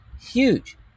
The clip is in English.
huge